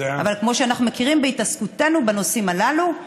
אבל כמו שאנחנו מכירים מהתעסקותנו בנושאים הללו.